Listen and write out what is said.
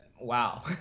wow